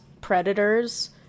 predators